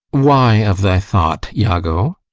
why of thy thought, iago?